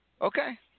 Okay